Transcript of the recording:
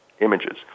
images